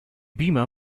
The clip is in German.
beamer